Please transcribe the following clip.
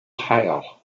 hale